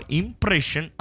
impression